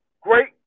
great